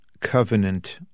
Covenant